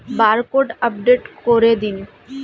Barcode update করে দিন?